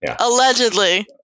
Allegedly